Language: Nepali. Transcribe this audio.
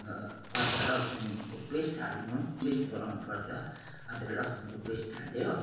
अदुवा लसुनको पेस्ट हाल्नु पेस्ट बनाउनु पर्छ अदुवा लसुनको पेस्ट हाल्यो